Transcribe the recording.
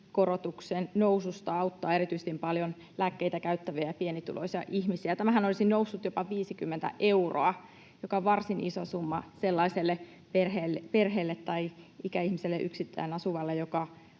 indeksikorotuksen noususta auttaa erityisesti paljon lääkkeitä käyttäviä ja pienituloisia ihmisiä. Tämähän olisi noussut jopa 50 euroa, joka on varsin iso summa sellaiselle perheelle tai ikäihmiselle, yksittäin asuvalle, joka